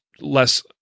less